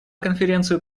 конференцию